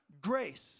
grace